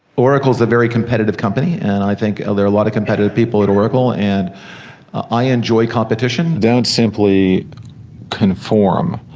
oracle is a very competitive company and i think there are a lot of competitive people at oracle, and i enjoy competition. don't simply conform